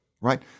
right